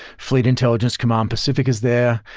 fleet intelligence command, pacific is there,